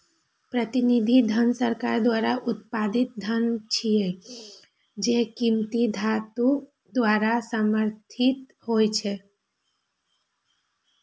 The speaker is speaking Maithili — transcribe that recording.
प्रतिनिधि धन सरकार द्वारा उत्पादित धन छियै, जे कीमती धातु द्वारा समर्थित होइ छै